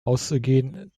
auszugehen